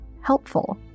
helpful